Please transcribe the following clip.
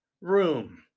room